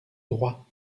droits